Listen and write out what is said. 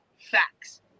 facts